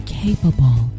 capable